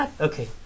Okay